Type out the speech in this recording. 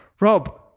rob